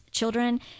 children